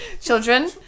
Children